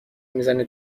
میزنه